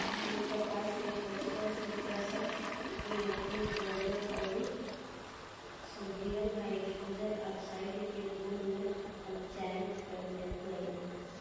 उ कपास के पचपन से पैसठ क्विंटल वजन अउर सोडियम हाइड्रोऑक्साइड के घोल में उपचारित कइल गइल